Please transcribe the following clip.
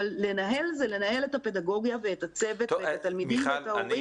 אבל לנהל זה לנהל את הפדגוגיה ואת הצוות ואת התלמידים ואת ההורים,